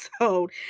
episode